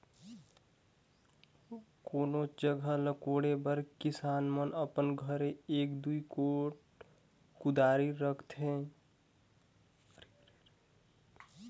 कोनोच जगहा ल कोड़े बर किसान मन अपन घरे एक दूई गोट कुदारी रखेच रहथे